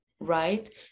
right